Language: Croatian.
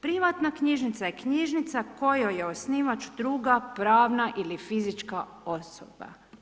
Privatna knjižnica je knjižnica kojoj je osnivač druga prava ili fizička osoba.